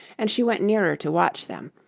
and she went nearer to watch them,